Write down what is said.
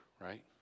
right